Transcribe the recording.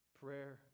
Prayer